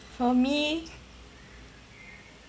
for me